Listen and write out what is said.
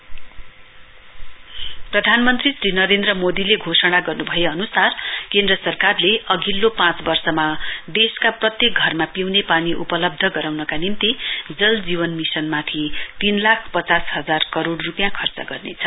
जल जीवन मिशन प्रधानमन्त्री श्री नरेन्द्र मोदीले घोषणा गर्नु भए अनुसार केन्द्र सरकारले अघिल्लो पाँच वर्षमा देशका प्रत्येक घरमा पिउने पानी उपलब्ध गराउनका निम्ति जल जीवन मिशनमाथि तीन लाख पचास हजार करोड़ रूपियाँ खर्च गर्नेछ